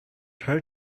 her